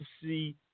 see